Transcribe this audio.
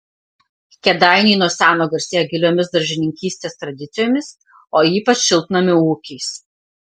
kėdainiai nuo seno garsėja giliomis daržininkystės tradicijomis o ypač šiltnamių ūkiais